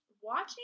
watching